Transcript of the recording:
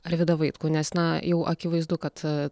arvydą vaitkų nes na jau akivaizdu kad